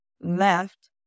left